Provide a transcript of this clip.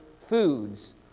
foods